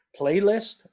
playlist